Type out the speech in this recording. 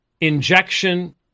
injection